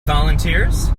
volunteers